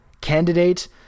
candidate